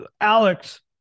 Alex